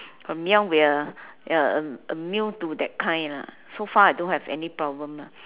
from young we are we are i~ immune to that kind lah so far I don't have any problem